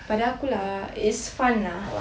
pada aku lah it's fun lah